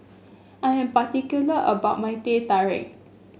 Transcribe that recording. I am particular about my Teh Tarik